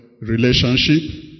relationship